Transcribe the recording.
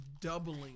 doubling